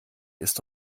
ist